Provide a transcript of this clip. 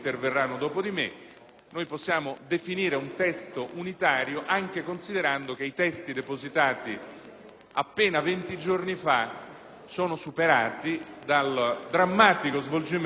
possiamo definire un documento unitario, anche considerando che i testi depositati appena venti giorni fa sono superati dal drammatico svolgimento degli eventi